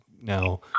now